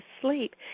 sleep